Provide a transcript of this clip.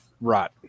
right